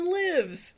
lives